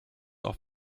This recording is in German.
auf